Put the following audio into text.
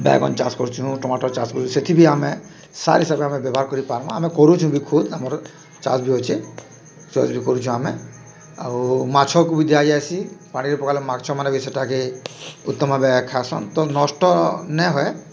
ବାଇଗନ୍ ଚାଷ୍ କରୁଛୁଁ ଟମାଟର୍ ଚାଷ୍ କରୁଛୁଁ ସେଠି ବି ଆମେ ସାର୍ ହିସାବରେ ଆମେ ବ୍ୟବହାର କରି ପାର୍ମୁଁ ଆମେ କରୁଛୁଁ ବି ଖୁଦ୍ ଆମର ଚାଷ୍ ବି ହଉଛେ ଚାଷ୍ ବି କରୁଛୁଁ ଆମେ ଆଉ ମାଛକୁ ବି ଦିଆ ଯାଏସି ପାଣିରେ ପକାଲେ ମାଛମାନେ ବି ସେଟାକେ ଉତ୍ତମ ଭାବେ ଖାଏସନ୍ ତ ନଷ୍ଟ ନାଇଁ ହୁଏ